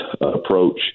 approach